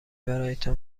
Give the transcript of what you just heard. برایتان